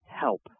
help